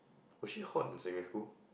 was she hot in secondary school